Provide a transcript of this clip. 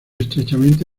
estrechamente